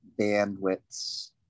bandwidths